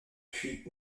puis